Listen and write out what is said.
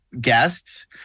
guests